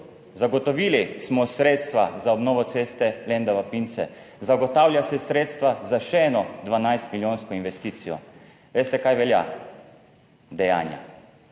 Zagotovili smo sredstva za obnovo ceste Lendava Pince. Zagotavlja se sredstva za še eno 12-milijonsko investicijo. Veste kaj velja? Dejanja,